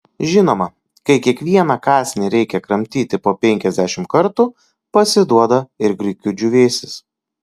žinoma kai kiekvieną kąsnį reikia kramtyti po penkiasdešimt kartų pasiduoda ir grikių džiūvėsis